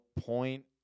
point